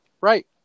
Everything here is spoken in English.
right